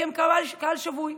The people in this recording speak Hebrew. כי הם קהל שבוי.